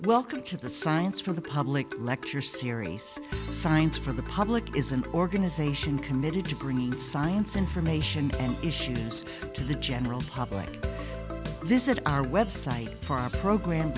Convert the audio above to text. welcome to the science for the public lecture series science for the public is an organization committed to bringing science information and issues to the general public this is our website for our program